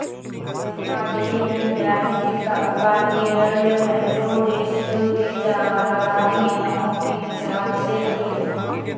अदेय ऋण ब्याज के साथ बाहरी ऋण है जो देश के राजनेताओं के विचार से अधिक है